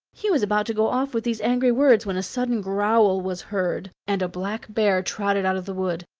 he was about to go off with these angry words when a sudden growl was heard, and a black bear trotted out of the wood.